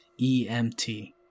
EMT